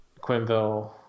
Quenville –